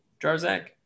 Jarzak